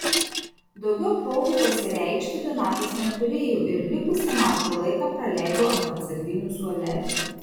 daugiau progų pasireikšti donatas neturėjo ir likusį mačo laiką praleido ant atsarginių suolelio